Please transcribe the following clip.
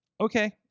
Okay